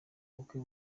bukwe